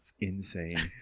insane